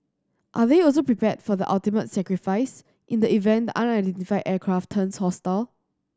are they also prepared for the ultimate sacrifice in the event the unidentified aircraft turns hostile